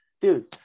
dude